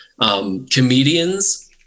comedians